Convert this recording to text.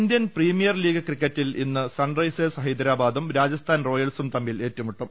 Indian Premier League ക്രിക്കറ്റിൽ ഇന്ന് Sunrisers ഹൈദരാബാദും രാജസ്ഥാൻ റോയൽസും തമ്മിൽ ഏറ്റുമുട്ടും